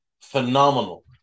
phenomenal